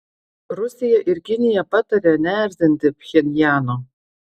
rusija ir kinija pataria neerzinti pchenjano